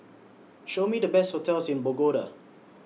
Show Me The Best hotels in Bogota